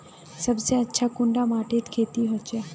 सबसे अच्छा कुंडा माटित खेती होचे?